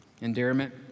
endearment